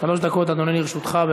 שלוש דקות, אדוני, לרשותך.